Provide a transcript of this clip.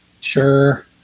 Sure